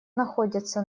находятся